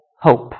hope